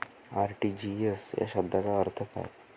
RTGS या शब्दाचा अर्थ काय?